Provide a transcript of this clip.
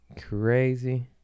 crazy